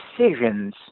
decisions